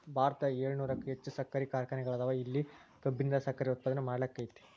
ಭಾರತದಾಗ ಏಳುನೂರಕ್ಕು ಹೆಚ್ಚ್ ಸಕ್ಕರಿ ಕಾರ್ಖಾನೆಗಳದಾವ, ಇಲ್ಲಿ ಕಬ್ಬಿನಿಂದ ಸಕ್ಕರೆ ಉತ್ಪಾದನೆ ಮಾಡ್ಲಾಕ್ಕೆತಿ